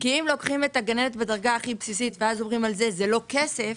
אם לוקחים את הגננת בדרגה הכי בסיסית ואז אומרים על זה שזה לא כסף,